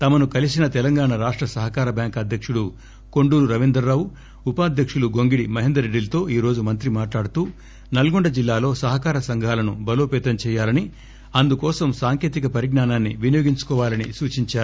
తమను కలిసిన తెలంగాణ రాష్ట సహకార బ్యాంక్ అధ్యకుడు కొండూరు రవీందర్ రావు ఉపాధ్యకులు గొంగిడి మహేందర్ రెడ్డిలతో ఈరోజు మంత్రి మాట్లాడుతూ నల్గొండ జిల్లాలో సహకార సంఘాలను బలోపేతం చేయాలని అందుకోసం సాంకేతిక పరిజ్ఞానాన్ని వినియోగించుకోవాలని సూచించారు